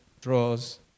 draws